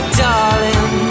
darling